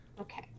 okay